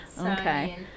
Okay